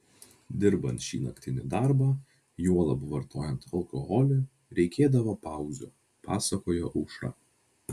dirbant šį naktinį darbą juolab vartojant alkoholį reikėdavo pauzių pasakojo aušra